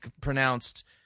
pronounced